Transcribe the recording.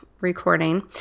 recording